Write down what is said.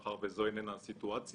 מאחר וזו איננה הסיטואציה,